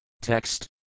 Text